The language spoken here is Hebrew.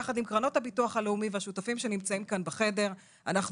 יחד עם קרנות הביטוח הלאומי והשותפים שנמצאים כאן בחדר אנחנו